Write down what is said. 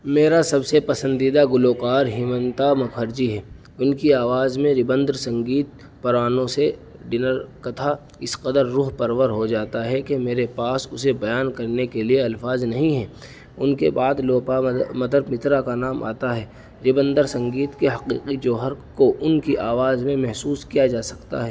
میرا سب سے پسندیدہ گلوکار ہیمنتا مکھرجی ہے ان کی آواز میں ربندر سنگیت پرانو سے ڈنر کتھا اس قدر روح پرور ہو جاتا ہے کہ میرے پاس اسے بیان کرنے کے لیے الفاظ نہیں ہیں ان کے بعد لوپا مدر مترا کا نام آتا ہے ربندر سنگیت کے حقیقی جوہر کو ان کی آواز میں محسوس کیا جا سکتا ہے